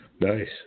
Nice